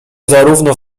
zarówno